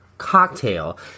cocktail